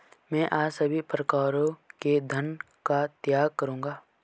मैं आज सभी प्रकारों के धन का त्याग करूंगा